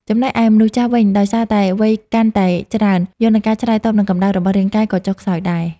ចំណែកឯមនុស្សចាស់វិញ ដោយសារតែវ័យកាន់តែច្រើន យន្តការឆ្លើយតបនឹងកម្ដៅរបស់រាងកាយក៏ចុះខ្សោយដែរ។